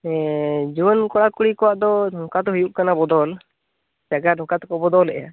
ᱦᱮᱸ ᱡᱩᱣᱟᱹᱱ ᱠᱚᱲᱟ ᱠᱩᱲᱤ ᱠᱚᱣᱟᱜ ᱫᱚ ᱱᱚᱝᱠᱟ ᱫᱚ ᱦᱩᱭᱩᱜ ᱠᱟᱱᱟ ᱵᱚᱫᱚᱞ ᱡᱟᱭᱜᱟ ᱱᱚᱝᱠᱟ ᱛᱮᱠᱚ ᱵᱚᱫᱚᱞᱮᱫᱼᱟ